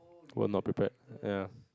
won or prepared ya